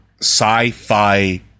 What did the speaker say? sci-fi